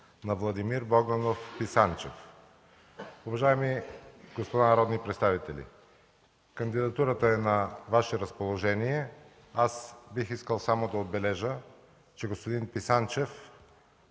на Владимир Богданов Писанчев. Уважаеми господа народни представители, кандидатурата е на Ваше разположение. Бих искал само да отбележа, че господин Писанчев